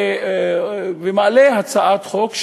ומעלה הצעת חוק,